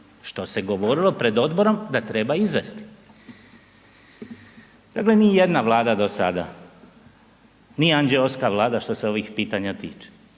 što se govorilo pred odborom da treba izvesti. Dakle, nijedna Vlada do sada nije anđeoska Vlada što se ovih pitanja tiče.